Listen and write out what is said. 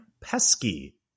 Pesky